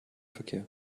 verkehr